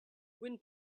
when